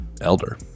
elder